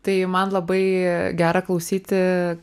tai man labai gera klausyti